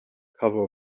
cover